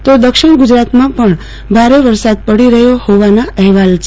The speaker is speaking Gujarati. તો દક્ષિણ ગુજરાતમાં પણ ભારે વરસાદ પડી રહ્યો ફોવાના અહેવાલ છે